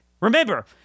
Remember